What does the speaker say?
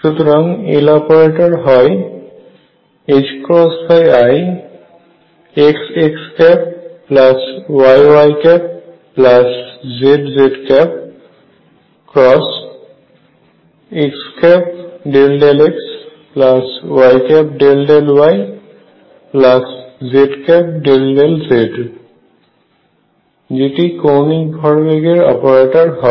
সুতরাং Loperator হয় i xxyyzz x∂xy∂yz∂z যেটি কৌণিক ভরবেগের অপারেটর হয়